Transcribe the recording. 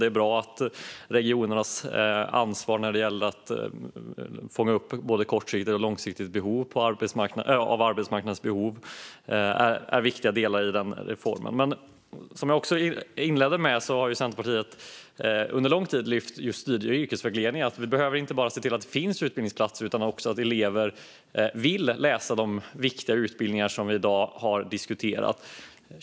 Det är bra att regionernas ansvar när det gäller att fånga upp kortsiktiga och långsiktiga behov på arbetsmarknaden är en viktig del i reformen. Som jag sa tidigare har Centerpartiet under lång tid lyft fram just studie och yrkesvägledning. Vi behöver inte bara se till att det finns utbildningsplatser utan också att elever vill läsa de viktiga utbildningar som vi i dag har diskuterat.